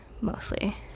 mostly